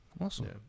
Awesome